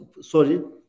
sorry